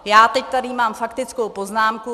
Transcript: Já teď tady mám faktickou poznámku.